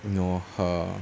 you know her